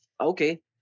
okay